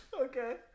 Okay